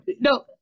No